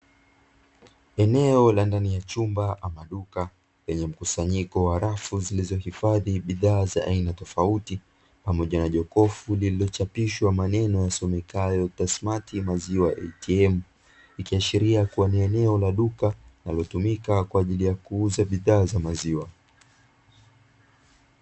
Eneo la ndani ya chumba ama duka lenye mkusanyiko wa rafu zilizohifadhi bidhaa za aina tofauti pamoja na jokofu lililochapishwa maneno yasomekayo ze smati maziwa eitiemu, ikiashiria kuwa ni eneo la duka linalotumika kwa ajili ya kuuza bidhaa za maziwa.